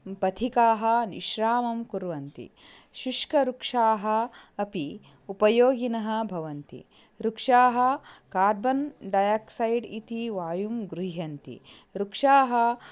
पथिकाः विश्रामं कुर्वन्ति शुष्कवृक्षाः अपि उपयोगिनः भवन्ति वृक्षाः कार्बन्डैआक्सैड् इति वायुं गृह्णन्ति वृक्षाः